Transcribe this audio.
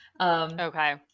Okay